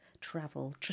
travel